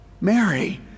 Mary